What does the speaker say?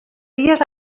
dies